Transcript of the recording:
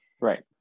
right